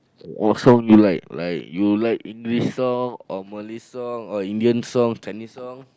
also like like you like English song or Malay song or Indian songs Chinese song